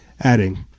adding